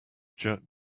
jerked